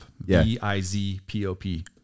V-I-Z-P-O-P